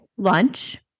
Lunch